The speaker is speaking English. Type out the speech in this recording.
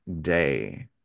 day